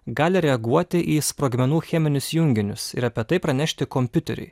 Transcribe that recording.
gali reaguoti į sprogmenų cheminius junginius ir apie tai pranešti kompiuteriui